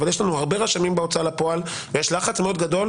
אבל יש לנו הרבה רשמים בהוצאה לפועל ויש לחץ מאוד גדול.